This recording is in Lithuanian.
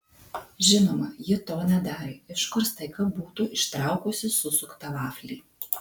žinoma ji to nedarė iš kur staiga būtų ištraukusi susuktą vaflį